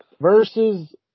versus